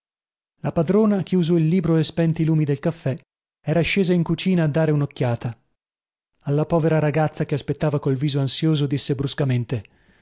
la padrona chiuso il libro e spenti i lumi del caffè era scesa in cucina a dare unocchiata alla povera ragazza che aspettava col viso ansioso disse bruscamente